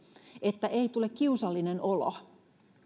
että ei tule kiusallinen olo jos